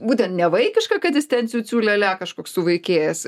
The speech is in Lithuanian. būtent nevaikiška kad jis ten ciū ciū lia lia kažkoks suvaikėjęs